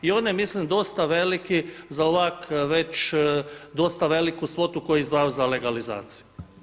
I on je mislim dosta veliki za ovako već, dosta veliku svotu koji izdvajaju za legalizaciju.